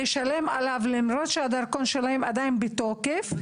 לשלם עליו למרות שהדרכון שלהם עדיין בתוקף,